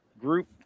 group